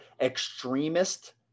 extremist